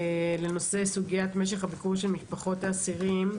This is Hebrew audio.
סוגיית משך הביקור של משפחות אסירים.